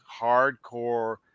hardcore